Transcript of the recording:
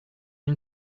une